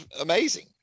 amazing